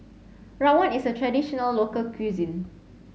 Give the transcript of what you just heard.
Rawon is a traditional local cuisine